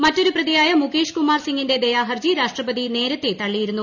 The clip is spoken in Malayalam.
മറ്റൊരു പ്രതിയായ മുകേഷ് കുമാർ സിംഗിന്റെ ദയാഹർജി രാഷ്ട്രപതി നേരത്തെ തള്ളിയിരുന്നു